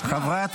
שילכו להתנדב.